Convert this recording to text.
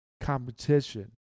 competition